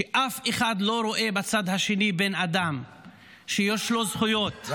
שאף אחד לא רואה בצד השני בן אדם שיש לו זכויות,